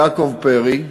יעקב פרי,